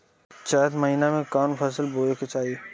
चैत महीना में कवन फशल बोए के चाही?